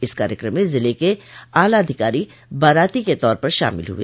इस कार्यक्रम में जिले के आलाधिकारी बाराती के तौर पर शामिल हुए